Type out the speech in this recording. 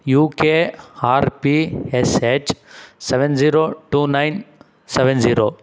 U K R P S H seven zero two nine seven zero